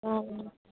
অঁ